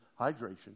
hydration